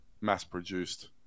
mass-produced